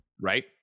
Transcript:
right